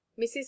Mrs